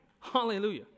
Hallelujah